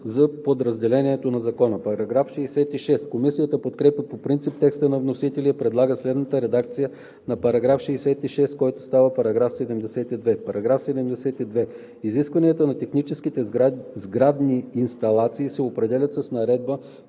за подразделението на Закона. Комисията подкрепя по принцип текста на вносителя и предлага следната редакция на § 66, който става § 72: „§ 72. Изискванията на техническите сградни инсталации се определят с наредбите